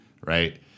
right